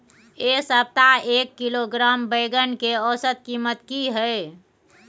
ऐ सप्ताह एक किलोग्राम बैंगन के औसत कीमत कि हय?